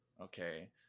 Okay